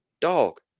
dog